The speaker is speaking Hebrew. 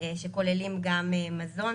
שכוללים גם מזון,